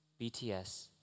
BTS